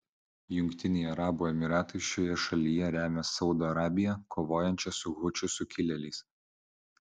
jungtiniai arabų emyratai šioje šalyje remia saudo arabiją kovojančią su hučių sukilėliais